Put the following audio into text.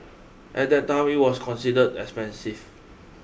at that time it was considered expensive